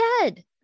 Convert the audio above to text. dead